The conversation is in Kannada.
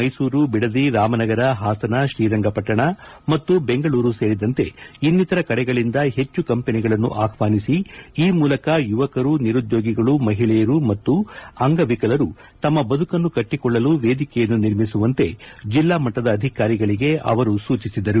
ಮೈಸೂರು ಬಿಡದಿ ರಾಮನಗರ ಹಾಸನ ಶ್ರೀರಂಗಪಟ್ಟಣ ಮತ್ತು ಬೆಂಗಳೂರು ಸೇರಿದಂತೆ ಇನ್ನಿತರ ಕಡೆಗಳಿಂದ ಹೆಚ್ಚು ಕಂಪನಿಗಳನ್ನು ಆಹ್ವಾನಿಸಿ ಈ ಮೂಲಕ ಯುವಕರು ನಿರುದ್ದೋಗಿಗಳು ಮಹಿಳೆಯರು ಮತ್ತು ಅಂಗವಿಕಲರು ತಮ್ಮ ಬದುಕನ್ನು ಕಟ್ಟಕೊಳ್ಳಲು ವೇದಿಕೆಯನ್ನು ನಿರ್ಮಿಸುವಂತೆ ಜಿಲ್ಲಾ ಮಟ್ಟದ ಅಧಿಕಾರಿಗಳಿಗೆ ಅವರು ಸೂಚಿಸಿದರು